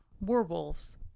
Werewolves